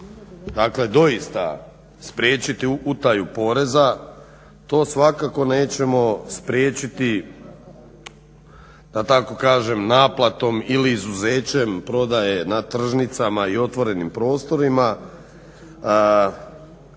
želimo doista spriječiti utaju poreza to svakako nećemo spriječiti da tako kažem naplatom ili izuzećem prodaje na tržnicama i otvorenim prostorima,